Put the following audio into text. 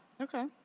Okay